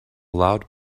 loud